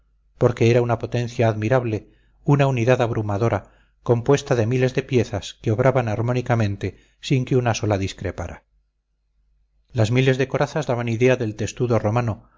porque era una potencia admirable una unidad abrumadora compuesta de miles de piezas que obraban armónicamente sin que una sola discrepara las miles de corazas daban idea del testudo romano